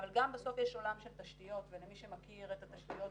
אבל גם בסוף יש עולם של תשתיות ולמי שמכיר את התשתיות